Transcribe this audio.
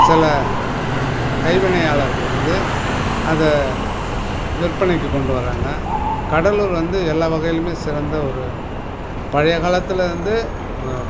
சில கைவினையாளர்கள் வந்து அதை விற்பனைக்கு கொண்டு வராங்க கடலூர் வந்து எல்லா வகையிலுமே சிறந்த ஒரு பழைய காலத்துலிருந்து